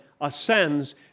ascends